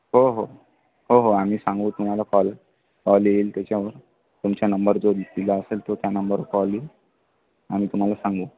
हो हो हो हो आम्ही सांगू तुम्हाला कॉल कॉल येईल त्याच्यावर तुमचा नंबर जो दिला असेल तो त्या नंबरवर कॉल येईल आम्ही तुम्हाला सांगू